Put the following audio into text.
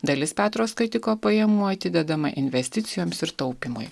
dalis petro skatiko pajamų atidedama investicijoms ir taupymui